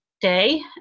day